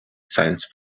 science